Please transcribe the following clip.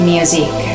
Music